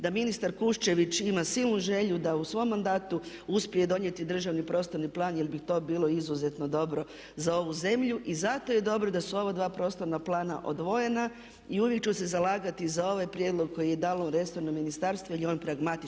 da ministar Kuščević ima silnu želju da u svom mandatu uspije donijeti državni prostorni plan, jer bi to bilo izuzetno dobro za ovu zemlju. I zato je dobro da su ova dva prostorna plana odvojena i uvijek ću se zalagati za ovaj prijedlog koje je dalo resorno ministarstvo jer je on pragmatičan,